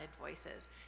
voices